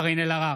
(קורא בשמות חברי הכנסת)